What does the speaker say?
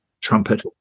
trumpet